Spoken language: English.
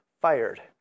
fired